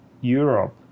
Europe